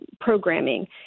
programming